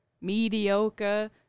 mediocre